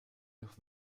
noch